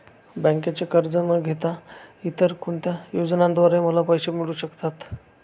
बँकेचे कर्ज न घेता इतर कोणत्या योजनांद्वारे मला पैसे मिळू शकतात?